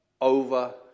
over